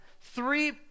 three